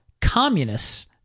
communists